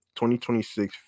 2026